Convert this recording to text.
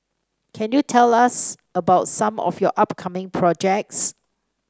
can you tell us about some of your upcoming projects